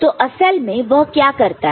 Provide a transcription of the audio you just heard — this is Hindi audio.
तो असल में वह क्या करता है